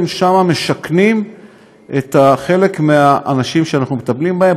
שם משכנים חלק מהאנשים שאנחנו מטפלים בהם,